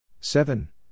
Seven